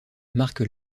marque